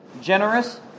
Generous